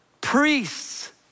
priests